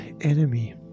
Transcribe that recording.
enemy